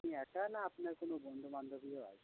আপনি একা না আপনার কোনো বন্ধু বান্ধবীও আসবে